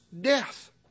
death